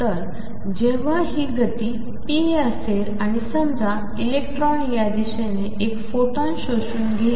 तर जेव्हा ही गती p असेल आणि समजा इलेक्ट्रॉन या दिशेने एक फोटॉन शोषून घेईल